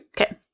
Okay